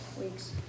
weeks